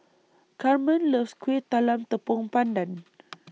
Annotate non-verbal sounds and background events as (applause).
Carmen loves Kueh Talam Tepong Pandan (noise)